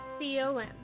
C-O-M